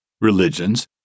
religions